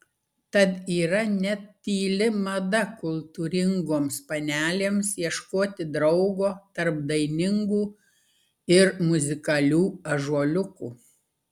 tad yra net tyli mada kultūringoms panelėms ieškoti draugo tarp dainingų ir muzikalių ąžuoliukų